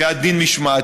מבחינת דין משמעתי,